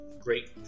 Great